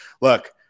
Look